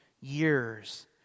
years